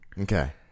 Okay